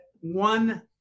one